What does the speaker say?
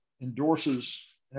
endorses